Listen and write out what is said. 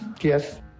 Yes